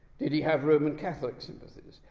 did he have roman catholic sympathies,